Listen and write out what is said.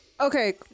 Okay